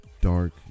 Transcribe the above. dark